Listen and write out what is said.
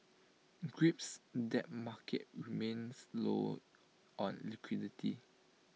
grips debt market remains low on liquidity